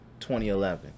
2011